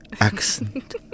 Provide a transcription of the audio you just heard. accent